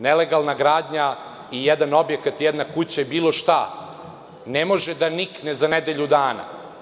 Nelegalna gradnja i jedan objekat i jedna kuća, bilo šta ne može da nikne za nedelju dana.